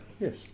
Yes